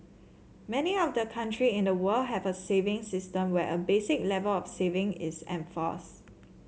many of the country in the world have a savings system where a basic level of saving is enforced